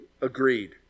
agreed